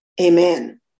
amen